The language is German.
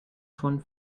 von